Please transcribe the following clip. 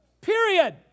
Period